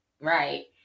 Right